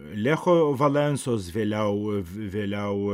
lecho valensos vėliau vėliau